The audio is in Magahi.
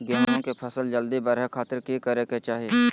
गेहूं के फसल जल्दी बड़े खातिर की करे के चाही?